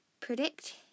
predict